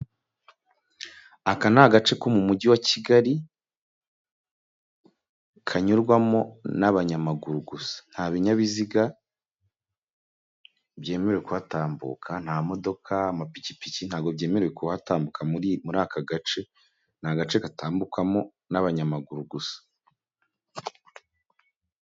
Aka ni agace ko mu mujyi wa Kigali kanyurwamo n'abanyamaguru gusa. Nta binbiga byemerewe kuhatambuka nta modoka amapikipiki ntabwo byemerewe kuhatambuka muri muri aka gace, ni agace katambukamo n'abanyamaguru gusa.